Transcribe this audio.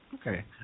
Okay